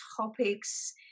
topics